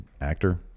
actor